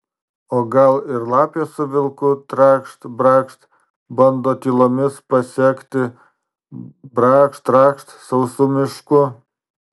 o gal ir lapė su vilku trakšt brakšt bando tylomis pasekti brakšt trakšt sausu mišku